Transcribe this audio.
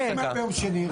--- ביום שני?